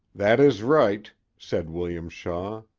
that is right said william shaw.